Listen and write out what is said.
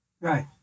Right